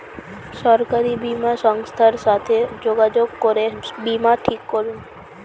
সরকারি বীমা সংস্থার সাথে যোগাযোগ করে বীমা ঠিক করুন